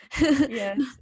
Yes